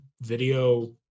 video